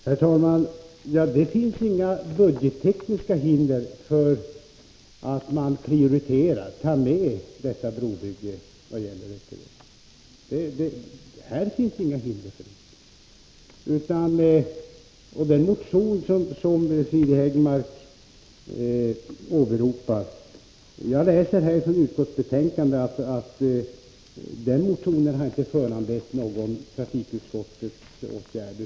Herr talman! Det finns inga budgettekniska hinder för att prioritera byggande av en bro till Öckerö. Vad beträffar den motion som Siri Häggmark åberopar läser jag från utskottsbetänkandet att motionen inte har föranlett någon trafikutskottets åtgärd.